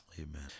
Amen